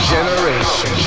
Generation